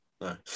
No